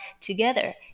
together